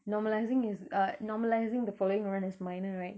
normalizing is uh normalizing the following around is normal right